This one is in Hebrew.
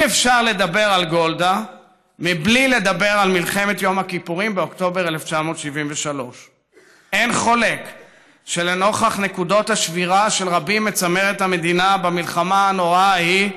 אי-אפשר לדבר על גולדה מבלי לדבר על מלחמת יום הכיפורים באוקטובר 1973. אין חולק שלנוכח נקודות השבירה של רבים מצמרת המדינה במלחמה הנוראה ההיא,